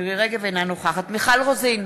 אינה נוכחת מיכל רוזין,